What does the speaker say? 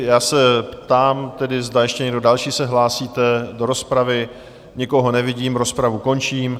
Já se ptám tedy, zda ještě někdo další se hlásíte do rozpravy: Nikoho nevidím, rozpravu končím.